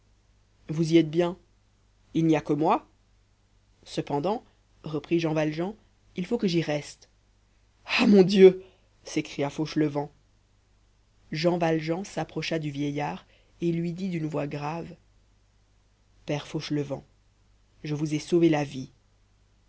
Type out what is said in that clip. vous y êtes bien il n'y a que moi cependant reprit jean valjean il faut que j'y reste ah mon dieu s'écria fauchelevent jean valjean s'approcha du vieillard et lui dit d'une voix grave père fauchelevent je vous ai sauvé la vie